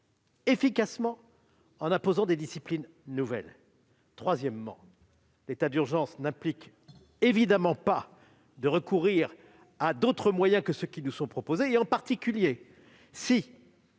efficacement, en imposant des disciplines nouvelles. Enfin, l'état d'urgence n'implique évidemment pas de devoir recourir à d'autres moyens que ceux qui nous sont proposés. En particulier, si